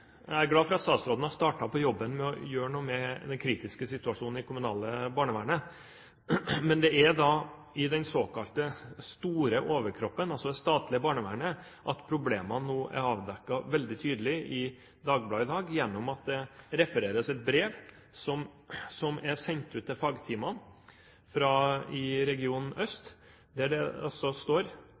Jeg er glad for at statsråden har startet på jobben med å gjøre noe med den kritiske situasjonen i det kommunale barnevernet, men det er i den såkalte store overkroppen, altså det statlige barnevernet, at problemene nå er avdekket veldig tydelig – i Dagbladet i dag, gjennom at det refereres til et brev som er sendt ut til fagteamene i Region øst, der det står